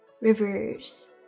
rivers